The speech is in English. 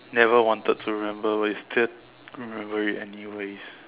never wanted to remember but you still remember it anyway